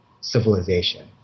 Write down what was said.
civilization